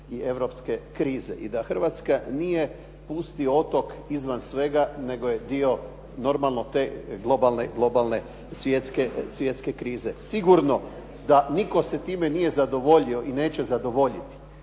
i europske krize i da Hrvatska nije pusti otok izvan svega nego je dio normalno te globalne, svjetske krize. Sigurno da nitko se time nije zadovoljio i neće zadovoljiti.